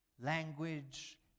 language